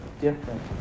different